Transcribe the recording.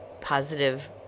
positive